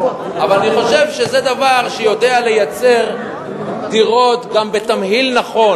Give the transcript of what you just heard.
אבל אני חושב שזה דבר שיודע לייצר דירות גם בתמהיל נכון.